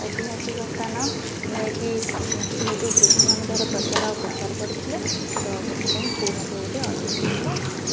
ଐତିହାସିକ ସ୍ଥାନ ଯାହାକି ଯେହେତୁ ବୃଦ୍ଧ ମାନେ ତା'ର ପ୍ରଚାର ଆଉ ପ୍ରସାର କରିଥିଲେ ତ ସେଥିପାଇଁ ସେ ମଧ୍ୟ ଗୋଟେ ଐତିହାସିକ ସ୍ଥାନ